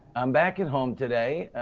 i'm back at home today.